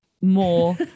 more